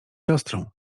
siostrą